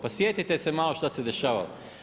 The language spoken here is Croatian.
Pa sjetite se malo što se dešava.